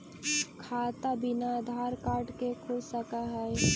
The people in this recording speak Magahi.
खाता बिना आधार कार्ड के खुल सक है?